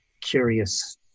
curious